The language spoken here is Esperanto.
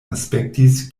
aspektis